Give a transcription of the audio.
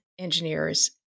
engineers